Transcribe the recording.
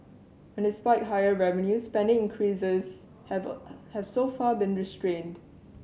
and despite higher revenues spending increases have a have so far been restrained